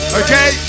okay